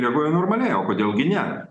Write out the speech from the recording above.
reaguoju normaliai o kodėl gi ne